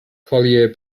collier